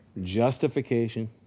justification